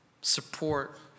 support